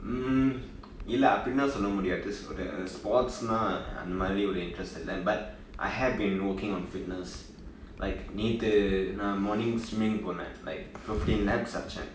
mm இல்ல அப்படி எல்லா சொல்ல முடியாது ஒறு:illa appadi ellaa solla mudiyaathu oru sports மாதிரி:maathiri interest இல்ல:illa but I have been working on fitness like நேத்து நா:nethu naa morning swimming பேனேன்:ponen like fifteen laps அடுச்சேன்:aduchen